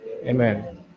Amen